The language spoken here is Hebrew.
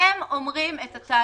מבחינתנו,